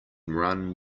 ran